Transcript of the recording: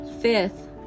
fifth